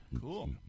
Cool